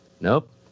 Nope